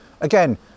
again